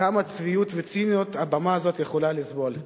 כמה צביעות וציניות הבמה הזאת יכולה לסבול.